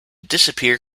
disappear